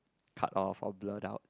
cut off or blurred out